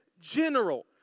general